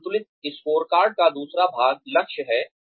एक संतुलित स्कोरकार्ड का दूसरा भाग लक्ष्य है